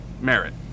Merit